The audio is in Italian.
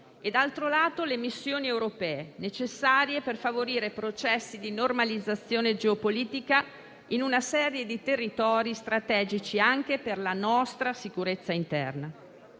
e dall'altro lato le missioni europee, necessarie per favorire processi di normalizzazione geopolitica, in una serie di territori strategici anche per la nostra sicurezza interna.